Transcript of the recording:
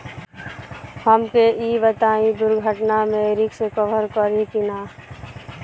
हमके ई बताईं दुर्घटना में रिस्क कभर करी कि ना?